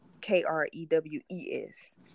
K-R-E-W-E-S